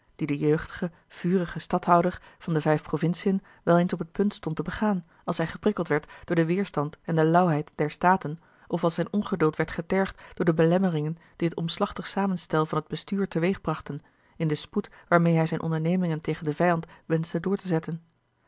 die de jeugdige vurige stadhouder van de vijf provinciën wel eens op t punt stond te begaan als hij geprikkeld werd door den weêrstand en de lauwheid der staten of als zijn ongeduld werd getergd door de belemmeringen die het omslachtig samenstel van t bestuur teweegbrachten in den spoed waarmeê hij zijn ondernemingen tegen den vijand wenschte door te zetten